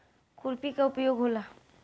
खुरपी का का उपयोग होला?